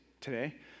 Today